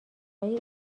های